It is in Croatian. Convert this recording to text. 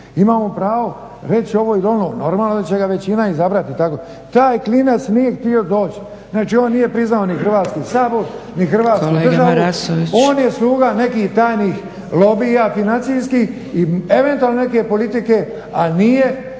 imamo pravo reći ovo ili ono, normalno da će ga većina izabrati. Taj klinac nije htio doći, znači on nije priznao ni Hrvatski sabor ni Hrvatsku državu, on je sluga nekih tajnih lobija financijskih i eventualno neke politike, ali nije